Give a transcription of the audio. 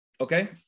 okay